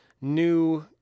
new